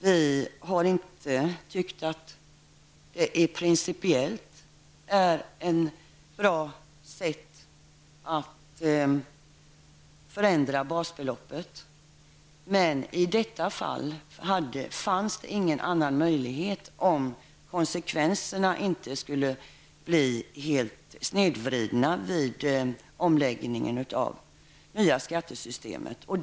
Vi har inte principiellt tyckt att det är ett bra sätt att förändra basbeloppet, men i detta fall fanns det ingen annan möjlighet om konsekvenserna inte skulle bli helt snedvridna vid omläggningen av skattesystemet.